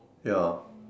ya